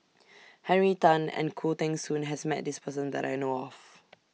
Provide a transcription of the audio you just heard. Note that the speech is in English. Henry Tan and Khoo Teng Soon has Met This Person that I know of